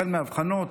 החל מאבחנות,